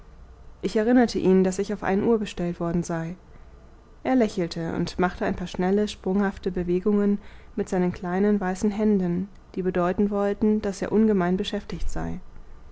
ich erinnerte ihn daß ich auf ein uhr bestellt worden sei er lächelte und machte ein paar schnelle sprunghafte bewegungen mit seinen kleinen weißen händen die bedeuten wollten daß er ungemein beschäftigt sei